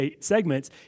segments